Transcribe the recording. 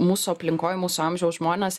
mūsų aplinkoj mūsų amžiaus žmonės